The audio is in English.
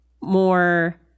more